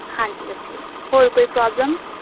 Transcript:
ਹਾਂਜੀ ਬੱਚੇ ਹੋਰ ਕੋਈ ਪ੍ਰੋਬਲਮ